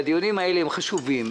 והדיונים האלה הם חשובים.